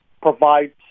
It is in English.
provides